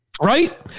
Right